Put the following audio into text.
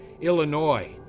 Illinois